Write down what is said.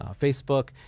Facebook